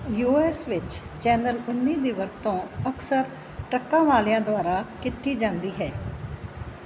you S ਵਿੱਚ channel ਉੱਨੀ ਦੀ ਵਰਤੋਂ ਅਕਸਰ ਟਰੱਕਾਂ ਵਾਲਿਆਂ ਦੁਆਰਾ ਕੀਤੀ ਜਾਂਦੀ ਹੈ